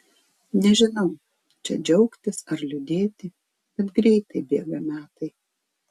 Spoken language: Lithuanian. nežinau čia džiaugtis ar liūdėti bet greitai bėga metai